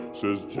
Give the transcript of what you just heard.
says